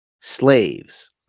Slaves